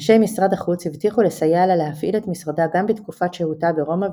אנשי משרד החוץ הבטיחו לסייע לה להפעיל את משרדה גם בתקופת שהותה ברומא,